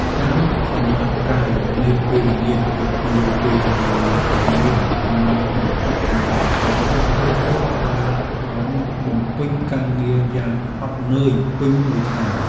ការសម្រាកកាយនៅពេលល្ងាចគឺជាពេលវេលាដ៏មានតម្លៃបំផុតសម្រាប់មនុស្សគ្រប់រូបដែលបានបំពេញការងារយ៉ាងហត់នឿយពេញមួយថ្ងៃ។